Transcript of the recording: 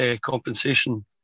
compensation